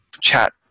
chat